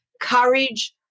courage